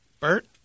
Bert